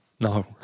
no